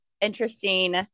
interesting